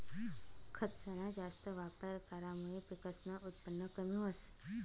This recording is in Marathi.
खतसना जास्त वापर करामुये पिकसनं उत्पन कमी व्हस